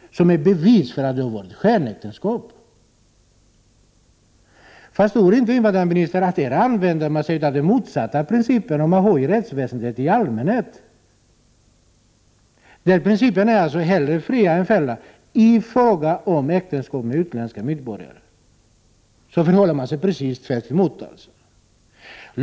betraktas som ett bevis för att det var ett skenäktenskap. Förstår inte invandrarministern att man här använder sig av en motsatt princip till den som gäller i rättsväsendet i allmänhet? Där gäller principen hellre fria än fälla. I fråga om äktenskap mellan svenska och utländska medborgare gör man alltså precis tvärtom.